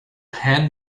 hand